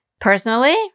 Personally